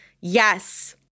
Yes